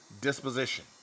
disposition